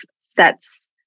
sets